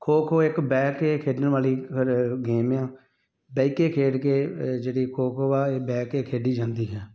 ਖੋ ਖੋ ਇੱਕ ਬੈਠ ਕੇ ਖੇਡਣ ਵਾਲੀ ਗੇਮ ਆ ਬੈਠ ਕੇ ਖੇਡ ਕੇ ਜਿਹੜੀ ਖੋ ਖੋ ਆ ਇਹ ਬੈਠ ਕੇ ਖੇਡੀ ਜਾਂਦੀ ਹੈ